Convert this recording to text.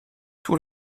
tout